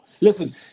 listen